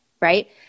right